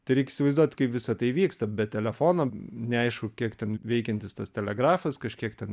tai reik įsivaizduot kaip visa tai vyksta bet telefono neaišku kiek ten veikiantis tas telegrafas kažkiek ten